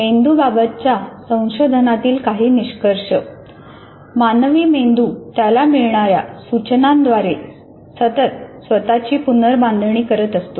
मेंदू बाबतच्या संशोधनातील काही निष्कर्ष मानवी मेंदू त्याला मिळणाऱ्या सूचनांद्वारे सतत स्वतःची पुनर्बांधणी करत असतो